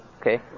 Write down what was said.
Okay